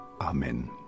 Amen